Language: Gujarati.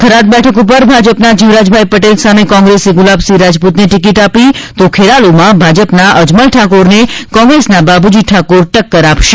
થરાદ બેઠક ઉપર ભાજપના જીવરાજભાઈ પટેલ સામે કોંગ્રેસે ગુલાબસિંહ રાજપુતને ટિકિટ આપી છે તો ખેરાલુમાં ભાજપના અજમલ ઠાકોરને કોંગ્રેસના બાબુજી ઠાકોર ટક્કર આપશે